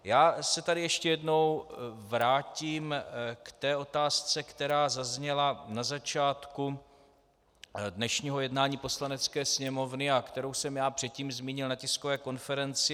Já se tady ještě jednou vrátím k otázce, která zazněla na začátku dnešního jednání Poslanecké sněmovny a kterou jsem já předtím zmínil na tiskové konferenci.